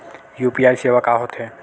UPI सेवा का होथे?